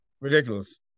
ridiculous